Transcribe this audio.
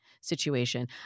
situation